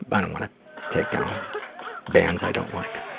i don't wanna take down bands i don't like.